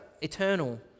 eternal